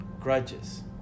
Grudges